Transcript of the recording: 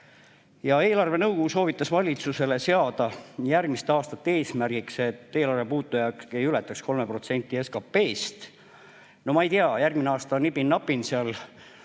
Eelarvenõukogu soovitas valitsusele seada järgmiste aastate eesmärgiks, et eelarvepuudujääk ei ületaks 3% SKT-st. No ma ei tea, järgmine aasta on see nibin-nabin,